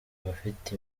abafite